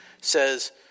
says